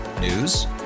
news